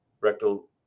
rectal